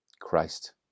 Christ